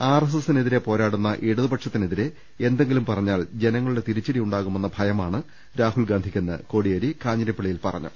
ആർഎസ്എസിനെതിരെ പോരാടുന്ന ഇടതുപ ക്ഷത്തിന് എതിരെ എന്തെങ്കിലും പറഞ്ഞാൽ ജനങ്ങളുടെ തിരിച്ചടി യുണ്ടാകുമെന്ന ഭയമാണ് രാഹുൽ ഗാന്ധിക്കെന്ന് കോടിയേരി കാഞ്ഞിരപ്പള്ളിയിൽ പറഞ്ഞു